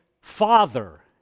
Father